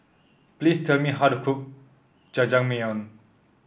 please tell me how to cook Jajangmyeon